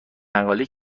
مقاله